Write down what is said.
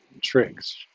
tricks